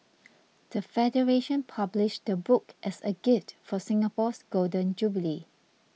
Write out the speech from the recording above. the federation published the book as a gift for Singapore's Golden Jubilee